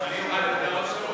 גם אני אוכל להגיד עוד משהו?